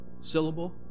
syllable